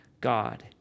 God